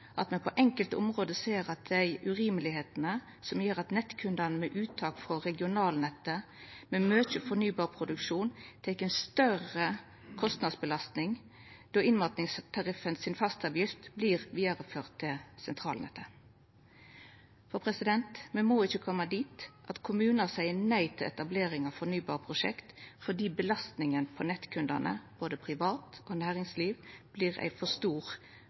at me på enkelte område ser dei urimelegheitene som gjer at nettkundar med uttak frå regionalnett med mykje fornybarproduksjon tek ei større kostnadsbelastning, då innmatingstariffen si fastavgift vert vidareført til sentralnettet. Me må ikkje koma dit at kommunar seier nei til etablering av fornybarprosjekt fordi belastningane for nettkundane, både private og næringslivet, vert for store for